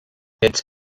its